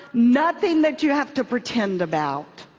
nothing that you have to pretend about.